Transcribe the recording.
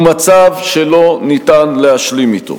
הוא מצב שלא ניתן להשלים אתו.